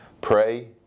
pray